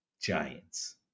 Giants